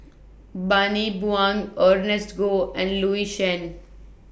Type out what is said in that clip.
Bani Buang Ernest Goh and Louis Chen